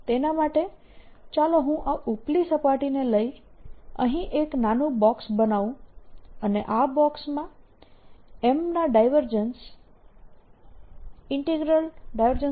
તેના માટે ચાલો હું આ ઉપલી સપાટીને લઈ અહીં એક નાનું બોક્સ બનાવું અને આ બોક્સમાં M ના ડાયવર્જન્સ